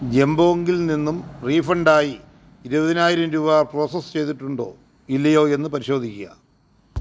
ജബോംഗിൽ നിന്നും റീഫണ്ടായി ഇരുപതിനായിരം രൂപ പ്രോസസ്സ് ചെയ്തിട്ടുണ്ടോ ഇല്ലയോ എന്ന് പരിശോധിക്കുക